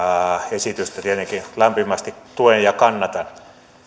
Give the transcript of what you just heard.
esitystä tietenkin lämpimästi tuen ja kannatan